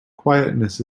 quietness